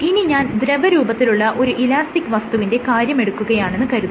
ഇനി ഞാൻ ദ്രവരൂപത്തിലുള്ള ഒരു ഇലാസ്റ്റിക് വസ്തുവിന്റെ കാര്യമെടുക്കുകയാണെന്ന് കരുതുക